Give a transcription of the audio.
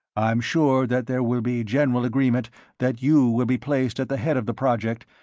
i'm sure that there will be general agreement that you will be placed at the head of the project,